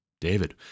David